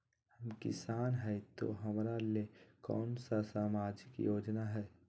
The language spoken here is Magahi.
हम किसान हई तो हमरा ले कोन सा सामाजिक योजना है?